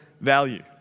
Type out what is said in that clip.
value